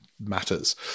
matters